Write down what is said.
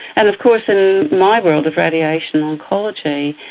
and of course in my world of radiation oncology,